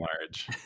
large